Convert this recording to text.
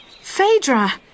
Phaedra